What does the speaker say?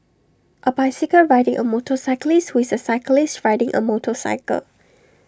A bicycle riding A motorcyclist who is A cyclist riding A motorcycle